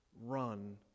run